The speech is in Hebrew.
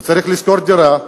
הוא צריך לשכור דירה,